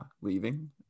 leaving